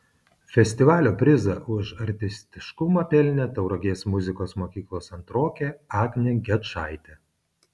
festivalio prizą už artistiškumą pelnė tauragės muzikos mokyklos antrokė agnė gečaitė